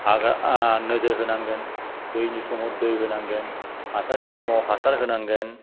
नोजोर होनांगोन दैनि समाव दै होनांगोन हासारनि समाव हासार होनांगोन